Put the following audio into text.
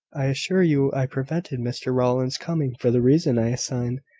i assure you i prevented mr rowland's coming for the reason i assign.